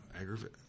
aggravate –